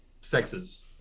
sexes